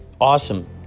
awesome